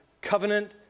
covenant